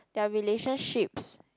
their relationships